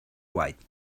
white